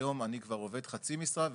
היום אני עובד כבר חצי משרה,